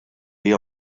hija